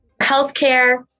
healthcare